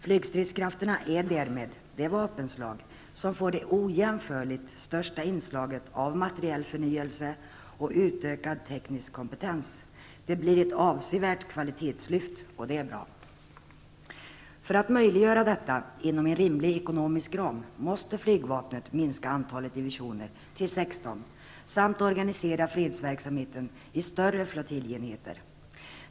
Flygstridskrafterna är därmed det vapenslag som får det ojämförligt största inslaget av materiell förnyelse och utökad teknisk kompetens. Det blir ett avsevärt kvalitetslyft, och det är bra. För att möjliggöra detta inom en rimlig ekonomisk ram måste flygvapnet minska antalet divisioner till 16 samt organisera fredsverksamheten i större flottiljenheter.